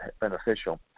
beneficial